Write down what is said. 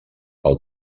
pel